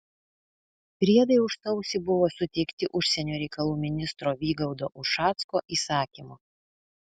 priedai už sausį buvo suteikti užsienio reikalų ministro vygaudo ušacko įsakymu